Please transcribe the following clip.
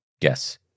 Yes